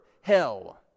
hell